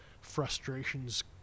frustrations